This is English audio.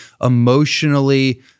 emotionally